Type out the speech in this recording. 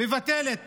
מבטלת